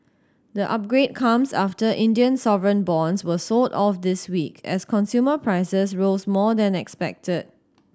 the upgrade comes after Indian sovereign bonds were sold off this week as consumer prices rose more than expected